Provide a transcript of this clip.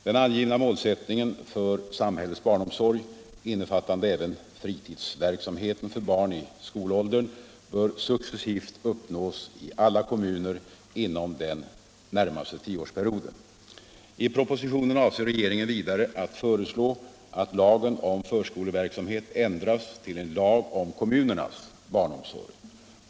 Den angivna målsättningen för samhällets barnomsorg innefattande öven fritidsverksamheten för barn i skolåldern bör successivt uppnås i alla kommuner inom den närmaste tioårsperioden. I propositionen avser regeringen vidare att föreslå att lagen om förskoleverksamhet ändras till en lag om kommunernas barnomsorg.